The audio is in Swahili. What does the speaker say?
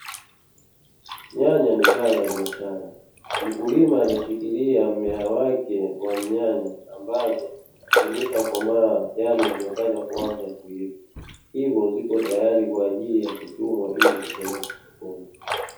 Nyanya ni zao la biashara, mkulima alishikilia mmea wake wa nyanya, ambazo zimeshakomaa yaani zinataka kuanza kuiva, hivyo ziko tayari kwaajili ya kuchumwa ili kupelekwa sokoni.